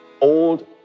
old